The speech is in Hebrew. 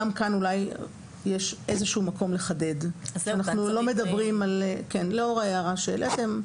גם כאן יש איזשהו מקום לחדד, לאור הערה שהעליתם.